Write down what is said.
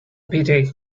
pity